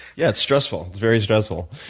yeah, it's stressful, it's very stressful.